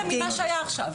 אני בהלם ממה שהיה עכשיו,